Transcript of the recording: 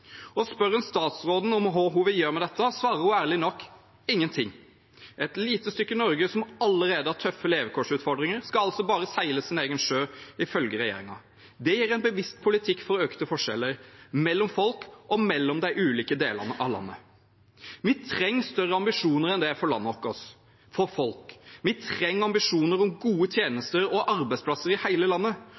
Og spør en statsråden om hva hun vil gjøre med dette, svarer hun ærlig nok: ingenting. Et lite stykke Norge som allerede har tøffe levekårsutfordringer, skal altså bare seile sin egen sjø, ifølge regjeringen. Det gir en bevisst politikk for økte forskjeller mellom folk og mellom de ulike delene av landet. Vi trenger større ambisjoner enn det for landet vårt – for folk. Vi trenger ambisjoner om gode tjenester og arbeidsplasser i hele landet